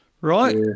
Right